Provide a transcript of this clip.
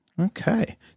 Okay